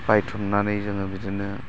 बायथुमनानै जोङो बिदिनो